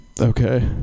Okay